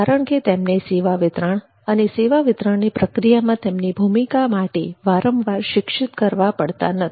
કારણકે તેમને સેવા વિતરણ તથા સેવા વિતરણની પ્રક્રિયામાં તેમની ભૂમિકા માટે વારંવાર શિક્ષિત કરવા પડતા નથી